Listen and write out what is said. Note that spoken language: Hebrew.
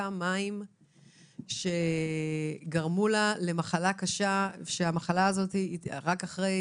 שתתה מים שגרמו לה מחלה קשה, ורק אחרי